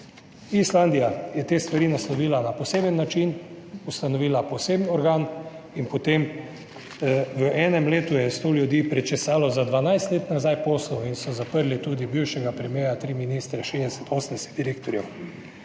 Islandija je te stvari naslovila na poseben način, ustanovila poseben organ in potem v enem letu je sto ljudi prečesalo za 12 let nazaj posle in so zaprli tudi bivšega premierja, tri ministre, 60, 80 direktorjev.